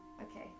Okay